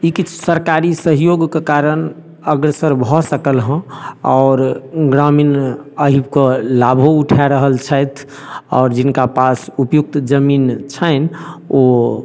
ई किछु सरकारी सहयोगके कारण अग्रसर भऽ सकलहँ आओर ग्रामीण अहिके लाभो उठा रहल छथि आओर जिनका पास उपयुक्त जमीन छनि ओ